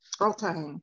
Okay